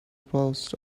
post